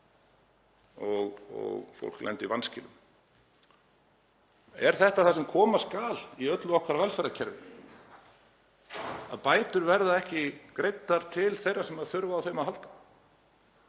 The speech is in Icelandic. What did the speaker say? og fólk lendi í vanskilum. Er þetta það sem koma skal í öllu okkar velferðarkerfi, að bætur verði ekki greiddar til þeirra sem þurfa á þeim að halda,